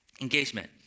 Engagement